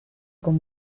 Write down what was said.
con